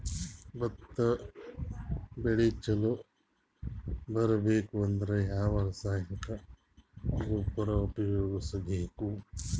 ಭತ್ತ ಬೆಳಿ ಚಲೋ ಬರಬೇಕು ಅಂದ್ರ ಯಾವ ರಾಸಾಯನಿಕ ಗೊಬ್ಬರ ಉಪಯೋಗಿಸ ಬೇಕು?